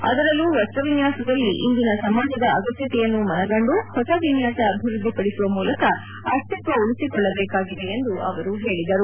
ಅದರಲ್ಲೂ ವಸ್ತ್ರ ವಿನ್ಯಾಸದಲ್ಲಿ ಇಂದಿನ ಸಮಾಜದ ಅಗತ್ಯತೆಯನ್ನು ಮನಗಂದು ಹೊಸ ವಿನ್ಯಾಸ ಅಭಿವೃದ್ದಿ ಪಡಿಸುವ ಮೂಲಕ ಅಸ್ಥಿತ್ವ ಉಳಿಸಿಕೊಳ್ಳಬೇಕಾಗಿದೆ ಎಂದು ಅವರು ಹೇಳಿದರು